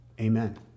Amen